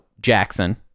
jackson